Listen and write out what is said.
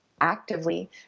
actively